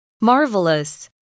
Marvelous